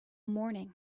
morning